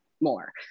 more